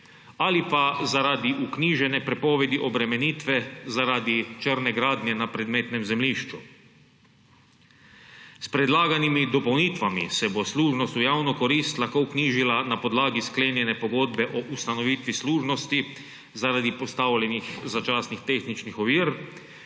ali pa zaradi vknjižene prepovedi obremenitve zaradi črne gradnje na predmetnem zemljišču. S predlaganimi dopolnitvami se bo služnost v javno korist lahko vknjižila na podlagi sklenjene pogodbe o ustanovitvi služnosti zaradi postavljenih začasnih tehničnih ovir,